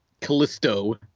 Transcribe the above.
Callisto